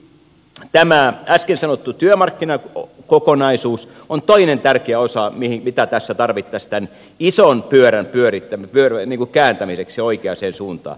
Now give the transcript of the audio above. siis tämä äsken sanottu työmarkkinakokonaisuus on toinen tärkeä osa mitä tässä tarvittaisiin tämän ison pyörän kääntämiseksi oikeaan suuntaan